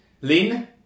Lin